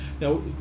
Now